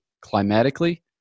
climatically